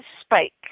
Spike